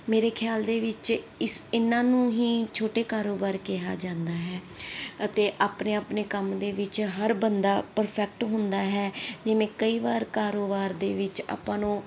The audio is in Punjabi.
ਮੇਰੇ ਖਿਆਲ ਦੇ ਵਿੱਚ ਇਸ ਇਹਨਾਂ ਨੂੰ ਹੀ ਛੋਟੇ ਕਾਰੋਬਾਰ ਕਿਹਾ ਜਾਂਦਾ ਹੈ ਅਤੇ ਆਪਣੇ ਆਪਣੇ ਕੰਮ ਦੇ ਵਿੱਚ ਹਰ ਬੰਦਾ ਪਰਫੈਕਟ ਹੁੰਦਾ ਹੈ ਜਿਵੇਂ ਕਈ ਵਾਰ ਕਾਰੋਬਾਰ ਦੇ ਵਿੱਚ ਆਪਾਂ ਨੂੰ